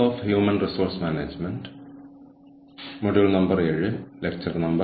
human resource management ക്ലാസിലേക്ക് വീണ്ടും സ്വാഗതം